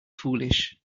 foolish